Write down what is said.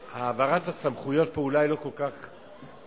והעברת הסמכויות פה אולי לא כל כך במקום.